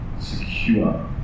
secure